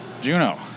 Juno